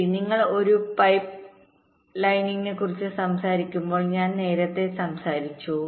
ശരി നിങ്ങൾ ഒരു പൈപ്പ്ലൈനിനെക്കുറിച്ച് സംസാരിക്കുമ്പോൾ ഞാൻ നേരത്തെ സംസാരിച്ചു